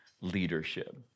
leadership